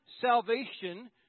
salvation